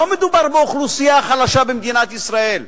לא מדובר באוכלוסייה חלשה במדינת ישראל,